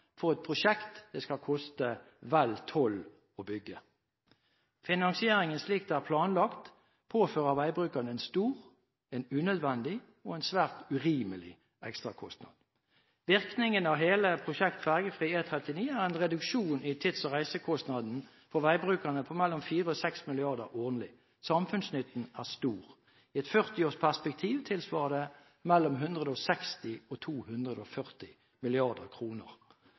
for et prosjekt som det skal koste vel 12 mrd. kr å bygge. Finansieringen – slik den er planlagt – påfører veibrukerne en stor, unødvendig og svært urimelig ekstrakostnad. Virkningen av hele prosjektet Ferjefri E39 er en reduksjon i tids- og reisekostnader for veibrukerne på mellom 4 mrd. kr og 6 mrd. kr årlig. Samfunnsnytten er stor. I et 40-årsperspektiv tilsvarer dette mellom 160 mrd. kr og